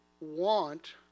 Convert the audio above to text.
want